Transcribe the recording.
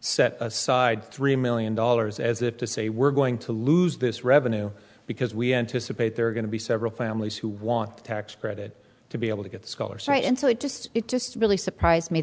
set aside three million dollars as if to say we're going to lose this revenue because we anticipate there are going to be several families who want the tax credit to be able to get scullers right and so it just it just really surprised me